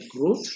growth